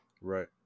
Right